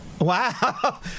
wow